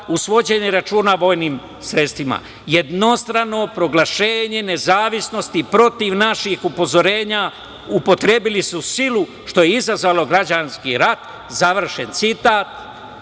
u svođenje računa vojnim sredstvima. Jednostrano proglašenje nezavisnosti protiv naših upozorenja, upotrebili su silu, što je izazvalo građanski rat.“ Završen citat.